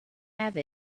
have